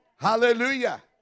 Hallelujah